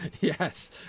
Yes